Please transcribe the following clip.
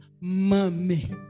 mommy